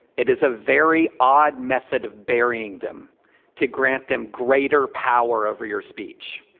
it is a very odd method of burying them to grant them greater power over your speech,